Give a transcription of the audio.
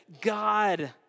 God